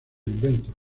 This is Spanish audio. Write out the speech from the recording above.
inventos